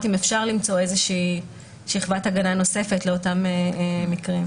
אם אפשר למצוא איזושהי שכבת הגנה נוספת לאותם מקרים.